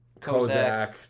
Kozak